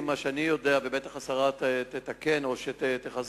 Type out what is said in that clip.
מה שאני יודע, ובוודאי השרה תתקן או תחזק,